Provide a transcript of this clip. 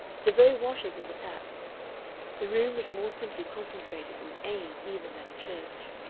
the very washers in the taps the room was more simply concentrated in aim even than a church.